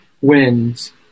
wins